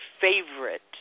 favorite